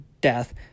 death